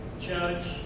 judge